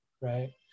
Right